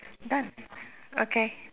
done okay